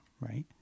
right